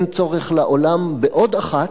ואין צורך לעולם בעוד אחת,